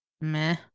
Meh